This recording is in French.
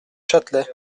châtelet